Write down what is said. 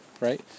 right